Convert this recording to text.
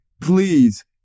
please